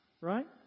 Right